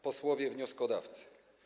Posłowie Wnioskodawcy!